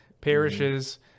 parishes